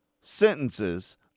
sentences